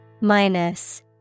Minus